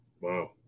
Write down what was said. Wow